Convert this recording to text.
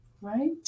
right